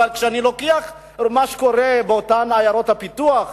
אבל כשאני לוקח מה שקורה באותן עיירות הפיתוח,